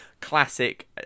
classic